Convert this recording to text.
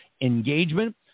engagement